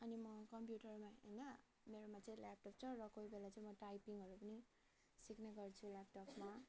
अनि म कम्प्युटरमा होइन मेरोमा चाहिँ ल्यापटप छ र कोही बेला चाहिँ म टाइपिङहरू पनि सिक्ने गर्छु ल्यापटपमा